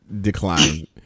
Decline